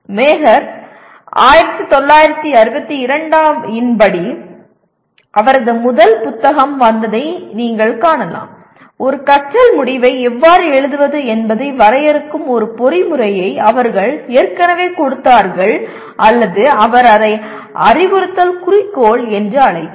maker 1962 இன் படி அவரது முதல் புத்தகம் வந்ததை நீங்கள் காணலாம் ஒரு கற்றல் முடிவை எவ்வாறு எழுதுவது என்பதை வரையறுக்கும் ஒரு பொறிமுறையை அவர்கள் ஏற்கனவே கொடுத்தார்கள் அல்லது அவர் அதை அறிவுறுத்தல் குறிக்கோள் என்று அழைத்தார்